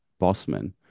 Bossman